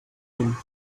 him